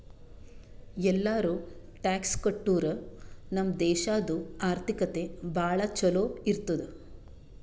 ಎಲ್ಲಾರೂ ಟ್ಯಾಕ್ಸ್ ಕಟ್ಟುರ್ ನಮ್ ದೇಶಾದು ಆರ್ಥಿಕತೆ ಭಾಳ ಛಲೋ ಇರ್ತುದ್